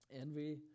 Envy